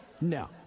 No